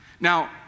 Now